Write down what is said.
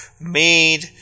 made